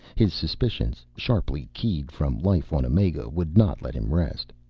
his suspicions, sharply keyed from life on omega, would not let him rest.